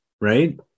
right